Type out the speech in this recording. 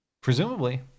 Presumably